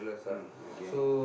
hmm okay